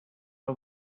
are